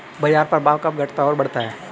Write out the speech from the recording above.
बाजार प्रभाव कब घटता और बढ़ता है?